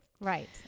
Right